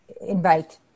invite